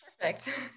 perfect